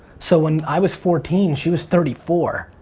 so when i was fourteen, she was thirty four.